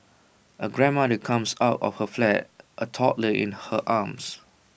A grandmother comes out of her flat A toddler in her arms